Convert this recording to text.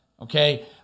Okay